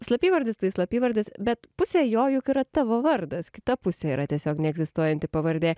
slapyvardis tai slapyvardis bet pusė jo juk yra tavo vardas kita pusė yra tiesiog neegzistuojanti pavardė